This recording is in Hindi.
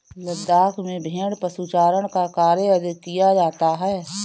लद्दाख में भेड़ पशुचारण का कार्य अधिक किया जाता है